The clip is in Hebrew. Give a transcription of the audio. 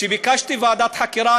ביקשתי ועדת חקירה,